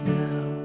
now